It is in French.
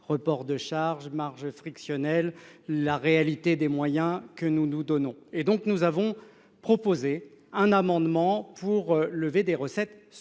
report de charges marge frictionnel la réalité des moyens que nous nous donnons et donc nous avons proposé un amendement pour lever des recettes